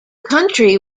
country